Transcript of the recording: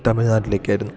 തമിഴ്നാട്ടിലേക്കായിരുന്നു